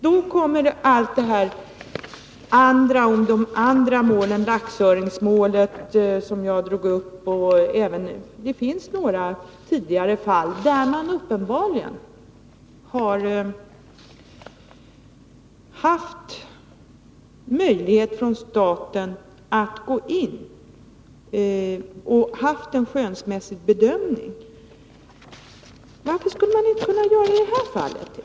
Det finns några tidigare fall — laxöringsmålet, som jag drog upp, och några andra — där staten uppenbarligen har haft möjlighet att gå in och göra en skönsmässig bedömning. Varför skulle man inte kunna göra det i det här fallet?